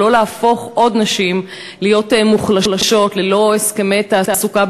אבל לא להפוך עוד נשים להיות מוחלשות ללא הסכמי תעסוקה,